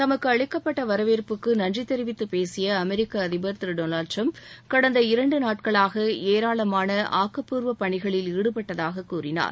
தமக்கு அளிக்கப்பட்ட வரவேற்புக்கு நன்றி தெரிவித்து பேசிய அமெரிக்க அதிபர் திரு டொனால்டு டிரம்ப் கடந்த இரண்டு நாட்களாக ஏராளமான ஆக்கப்பூர்வ பணிகளில் ஈடுபட்டதாக கூறினார்